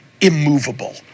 immovable